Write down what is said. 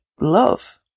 love